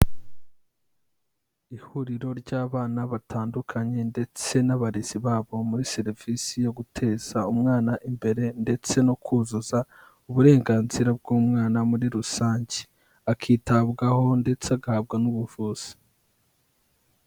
Ihuriro ry'abana batandukanye ndetse n'abarezi babo muri serivisi yo guteza umwana imbere ndetse no kuzuza uburenganzira bw'umwana muri rusange akitabwaho ndetse agahabwa n'ubuvuzi.